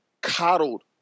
coddled